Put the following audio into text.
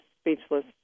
speechless